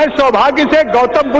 and so da da da da but